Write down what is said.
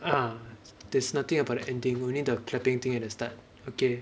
ah there's nothing about the ending only the clapping thing at the start okay